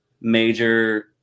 major